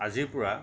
আজিৰপৰা